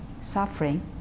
suffering